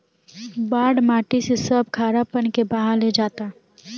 बाढ़ माटी से सब खारापन के बहा ले जाता